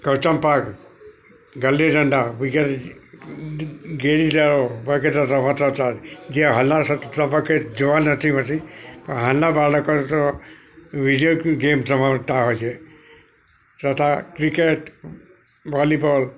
તચંપાક ગિલી ડંડા વિગેરે જેવી વગેરે રમત રમતા હતા જે હાલના તબક્કે જોવા નથી મળતી પણ હાલના બાળકોને તો વિડીયો ગેમ્સ રમતા હોય છે તથા ક્રિકેટ વોલીબોલ